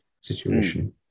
situation